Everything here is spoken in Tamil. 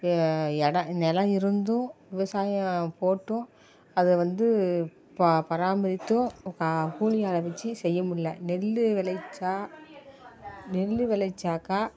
எடம் நிலம் இருந்தும் விவசாயம் போட்டும் அதை வந்து பராமரித்தும் கூலி ஆளை வெச்சு செய்ய முடியல நெல் விளைவிச்சா நெல் விளைவிச்சாக்கா